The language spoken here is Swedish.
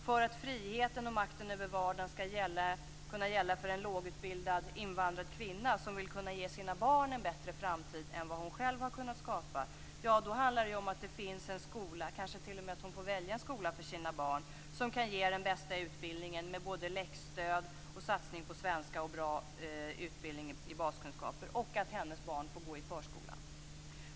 För att friheten och makten över vardagen skall kunna gälla för en lågutbildad, invandrad kvinna som vill kunna ge sina barn en bättre framtid än vad hon själv har kunnat skapa sig handlar det om att det finns en skola - och kanske t.o.m. att hon får välja skola för sina barn - som kan ge den bästa utbildningen med läxstöd, satsning på svenska och bra utbildning i baskunskaper och att hennes barn får gå i förskolan.